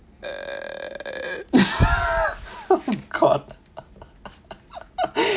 oh god